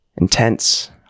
intense